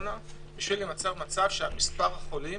בקורונה כדי ליצור מצב שבו מספר החולים